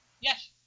Yes